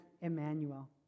Emmanuel